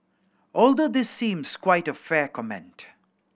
although this seems quite a fair comment